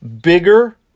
bigger